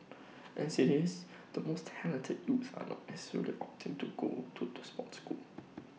as IT is the most talented youth are not necessarily opting to go to the sports school